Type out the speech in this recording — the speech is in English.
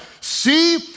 see